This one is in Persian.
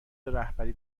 رهبری